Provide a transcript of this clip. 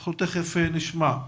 ותיכף נשמע.